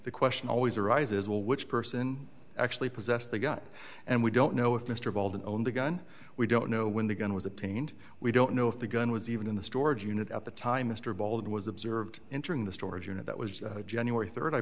the question always arises will which person actually possessed the gun and we don't know if mr baldwin the gun we don't know when the gun was obtained we don't know if the gun was even in the storage unit at the time mr bald was observed entering the storage unit that was january rd i